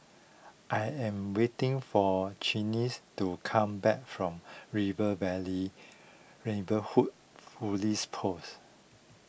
I am waiting for Channies to come back from River Valley Neighbourhood Police Post